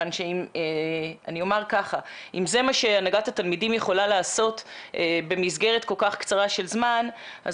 אם זה מה שהנהגת התלמידים יכולה לעשות במסגרת כל כך קצרה של זמן,